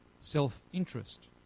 self-interest